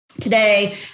today